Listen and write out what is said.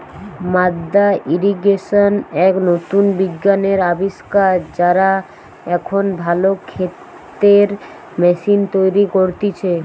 মাদ্দা ইর্রিগেশন এক নতুন বিজ্ঞানের আবিষ্কার, যারা এখন ভালো ক্ষেতের ম্যাশিন তৈরী করতিছে